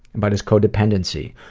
about his codependency,